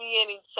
anytime